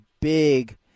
big